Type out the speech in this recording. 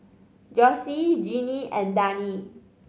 Jossie Genie and Dani